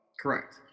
correct